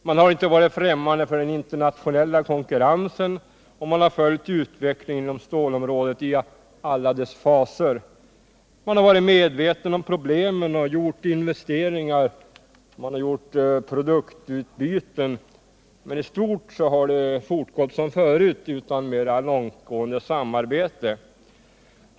Man har inte varit fftämmande för den internationella konkurrensen, och man har följt utvecklingen inom stålområdet i alla dess faser. Man har varit medveten om problemen, och man har gjort investeringar och produktutbyten, men i stort har verksamheten fortgått utan något mera långtgående samarbete.